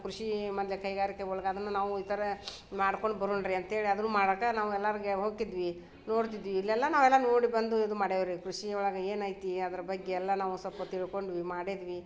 ಕೃಷಿ ಮೊದ್ಲೆ ಕೈಗಾರಿಕೆ ಒಳ್ಗೆ ಅದನ್ನು ನಾವು ಈ ತರ ಮಾಡ್ಕೊಂಡು ಬರೋಣ ರೀ ಅಂಥೇಳಿ ಅದೂ ಮಾಡೋಕೆ ನಾವು ಎಲ್ಲರಿಗೆ ಹೋಕ್ಕಿದ್ವಿ ನೋಡ್ತಿದ್ವಿ ಇಲ್ಲೆಲ್ಲ ನಾವೆಲ್ಲ ನೋಡಿ ಬಂದು ಇದು ಮಾಡೇವೆ ರೀ ಕೃಷಿ ಒಳ್ಗೆ ಏನೈತಿ ಅದ್ರ ಬಗ್ಗೆ ಎಲ್ಲ ನಾವು ಸ್ವಲ್ಪ ತಿಳ್ಕೊಂಡ್ವಿ ಮಾಡಿದ್ವಿ